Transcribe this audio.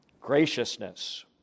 graciousness